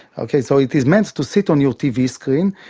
okay, so it is meant to sit on your tv screen,